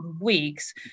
weeks